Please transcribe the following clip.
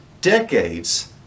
decades